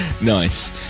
Nice